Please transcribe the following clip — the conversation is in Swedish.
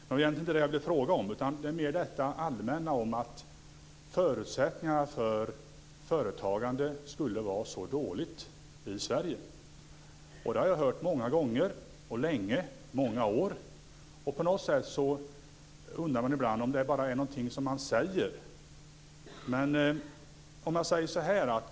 Det var dock inte det som jag tänkte fråga om utan om det allmänna påståendet att förutsättningarna skulle vara så dåliga för företagande i Sverige. Jag har hört det sägas många gånger under många år, och jag undrar ibland om det bara är något som man säger.